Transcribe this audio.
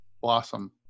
blossom